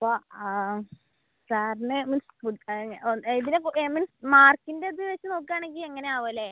അപ്പോൾ സാറിനെ ഏതിനാണ് ഇപ്പോൾ ഐ മീൻ മാർക്കിൻറേത് വെച്ച് നോക്കുവാണെങ്കിൽ എങ്ങനെയാവും അല്ലേ